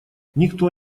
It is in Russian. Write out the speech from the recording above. никто